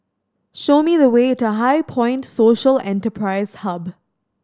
show me the way to HighPoint Social Enterprise Hub